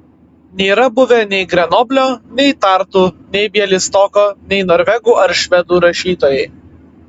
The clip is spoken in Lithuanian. nėra buvę nei grenoblio nei tartu nei bialystoko nei norvegų ar švedų rašytojai